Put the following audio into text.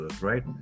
right